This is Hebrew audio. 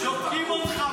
דופקים אותך,